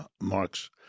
Marx